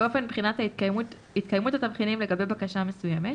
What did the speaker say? ואופן בחינת התקיימות התבחינים לגבי בקשה מסוימת,